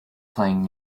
playing